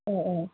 ए ए